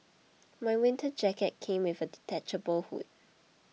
my winter jacket came with a detachable hood